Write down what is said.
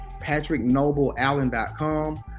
PatrickNobleAllen.com